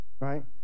right